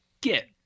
get